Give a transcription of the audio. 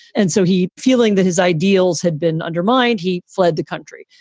and so he feeling that his ideals had been undermined. he fled the country.